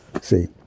See